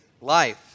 life